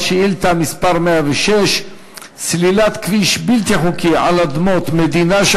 שאילתה מס' 106: סלילת כביש בלתי חוקי על אדמות מדינה,